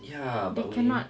ya but won't